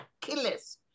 killers